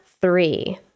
three